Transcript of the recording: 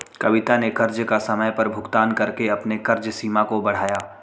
कविता ने कर्ज का समय पर भुगतान करके अपने कर्ज सीमा को बढ़ाया